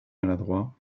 maladroit